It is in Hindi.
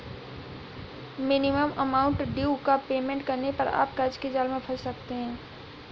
मिनिमम अमाउंट ड्यू का पेमेंट करने पर आप कर्ज के जाल में फंस सकते हैं